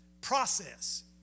process